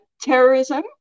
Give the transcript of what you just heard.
terrorism